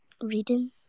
Reading